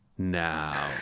Now